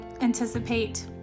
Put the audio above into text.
anticipate